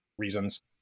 reasons